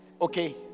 Okay